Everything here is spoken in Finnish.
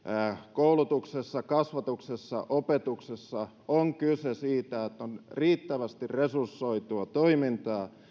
koulutuksessa kasvatuksessa opetuksessa on kyse siitä että on riittävästi resursoitua toimintaa